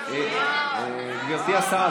גברתי השרה,